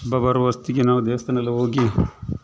ಹಬ್ಬ ಬರುವೊತ್ತಿಗೆ ನಾವು ದೇವಸ್ಥಾನಯೆಲ್ಲ ಹೋಗಿ